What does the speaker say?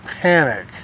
panic